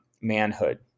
manhood